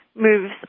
moves